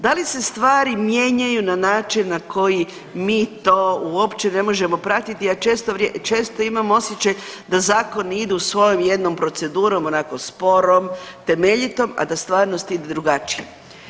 Da li se stvari mijenjaju na način na koji mi to uopće ne možemo pratiti, a često imam osjećaj da zakoni idu svojom jednom procedurom onako sporo, temeljito, a da stvarnost ide drugačije.